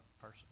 person